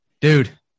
dude